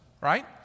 right